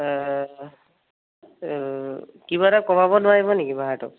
এ কিবা এটা কমাব নোৱাৰিব নেকি ভাড়াটো